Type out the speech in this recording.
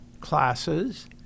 classes